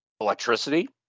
electricity